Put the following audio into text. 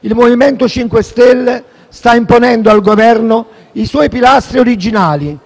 il MoVimento 5 Stelle sta imponendo al Governo i suoi pilastri originari,